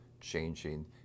changing